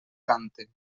cante